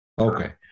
Okay